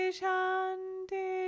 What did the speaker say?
shanti